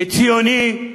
כציוני,